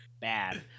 bad